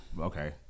Okay